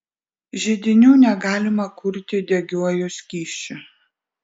židinių negalima kurti degiuoju skysčiu